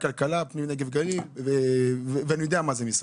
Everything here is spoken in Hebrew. הכלכלה ואני יודע מה זה משרד.